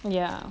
ya